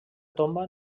tomba